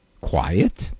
quiet